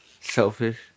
Selfish